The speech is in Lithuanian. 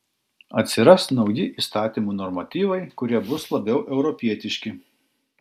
atsiras nauji įstatymų normatyvai kurie bus labiau europietiški